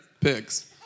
pigs